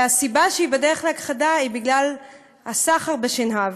והסיבה שהיא בדרך להכחדה היא הסחר בשנהב.